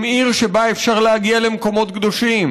עיר שבה אפשר להגיע למקומות קדושים,